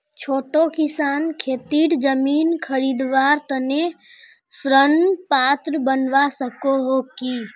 छोटो किसान खेतीर जमीन खरीदवार तने ऋण पात्र बनवा सको हो कि?